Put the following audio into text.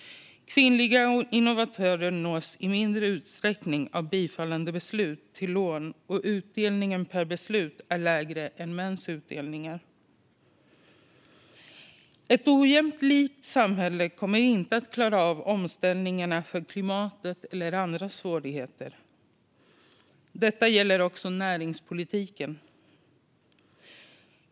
Kvinnliga innovatörer nås i mindre utsträckning av bifallandebeslut om lån, och utdelningen per beslut är lägre än mäns utdelningar. Ett ojämlikt samhälle kommer inte att klara av omställningarna för klimatet eller andra svårigheter. Detta gäller också näringspolitiken.